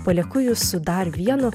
palieku jus su dar vienu